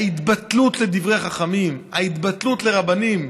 ההתבטלות לדברי חכמים, ההתבטלות לרבנים,